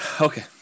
okay